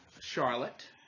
Charlotte